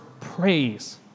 praise